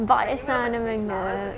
வயசானவங்க:vayasaanavanga